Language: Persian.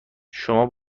شما